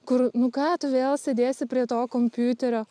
kur nu ką tu vėl sėdėsi prie to kompiuterio